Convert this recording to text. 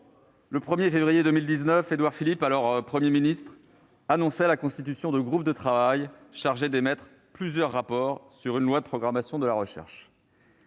le 1février 2019, Édouard Philippe, alors Premier ministre, annonçait la constitution de groupes de travail chargés d'émettre plusieurs rapports sur une loi de programmation de la recherche.